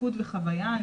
תפקוד וחוויה.